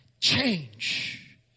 Change